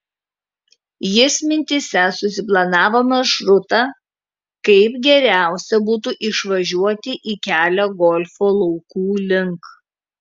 jis mintyse susiplanavo maršrutą kaip geriausia būtų išvažiuoti į kelią golfo laukų link